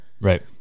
Right